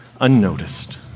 unnoticed